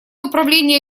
управление